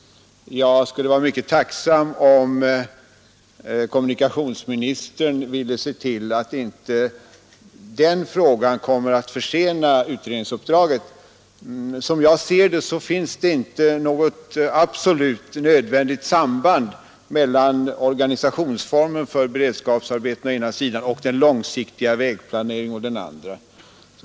Jag skulle vara mycket tacksam om kommunikationsministern ville se till att inte den frågan kommer att försena utredningsuppdraget. Som jag uppfattar det finns det inte något absolut samband mellan organisationsformen för beredskapsarbetena å ena sidan och den långsiktiga vägplaneringen å den andra.